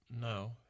No